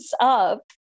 up